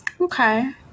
Okay